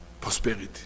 prosperity